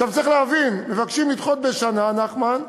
צריך להבין, מבקשים לדחות בשנה, נחמן,